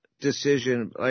decision